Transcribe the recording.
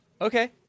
okay